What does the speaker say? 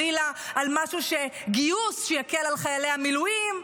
או חלילה על גיוס שיקל על חיילי המילואים.